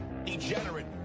Degenerate